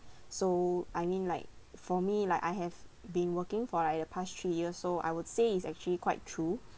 so I mean like for me like I have been working for like the past three years so I would say it's actually quite true